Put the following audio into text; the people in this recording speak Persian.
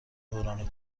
دوران